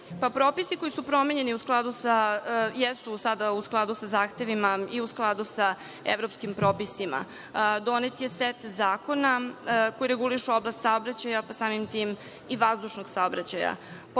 Propisi koji su promenjeni jesu sada u skladu sa zahtevima i u skladu sa evropskim propisima. Donet je set zakona koji regulišu oblast saobraćaja, a samim tim i vazdušnog saobraćaja.